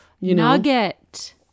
Nugget